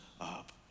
up